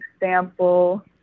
example